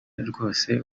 rwose